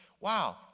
wow